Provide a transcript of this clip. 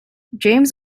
james